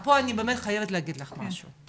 פה אני חייבת להגיד לך משהו,